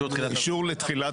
אישור לתחילת